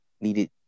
needed